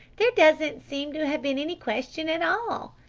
there doesn't seem to have been any question at all,